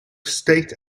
state